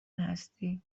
هستی